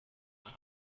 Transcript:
eine